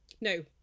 no